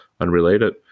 unrelated